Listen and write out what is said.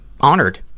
honored